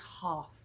half